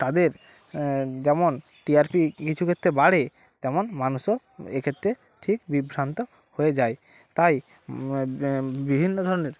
তাদের যেমন T R P কিছু ক্ষেত্রে বাড়ে তেমন মানুষও এক্ষেত্রে ঠিক বিভ্রান্ত হয়ে যায় তাই বিভিন্ন ধরনের